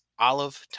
Olive